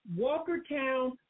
Walkertown